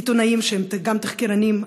עיתונאים שהם גם תחקירנים,